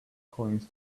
coins